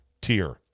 tier